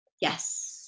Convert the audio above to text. Yes